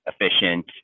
efficient